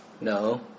No